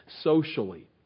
socially